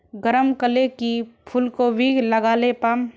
गरम कले की फूलकोबी लगाले पाम?